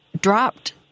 dropped